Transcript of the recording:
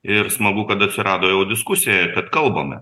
ir smagu kad atsirado jau diskusija kad kalbame